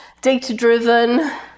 data-driven